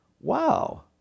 wow